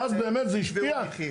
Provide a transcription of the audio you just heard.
שאז באמת זה השפיע.